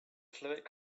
fluid